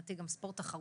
מבחינתי גם ספורט תחרותי,